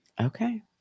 Okay